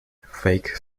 fake